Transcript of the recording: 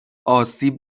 آسیب